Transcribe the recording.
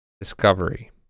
Discovery